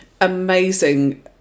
amazing